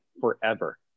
forever